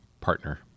partner